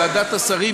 ועדת השרים,